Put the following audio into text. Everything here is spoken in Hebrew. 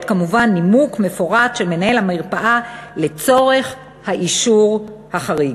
כמובן נימוק מפורט של מנהל המרפאה לצורך האישור החריג.